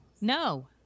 No